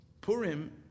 Purim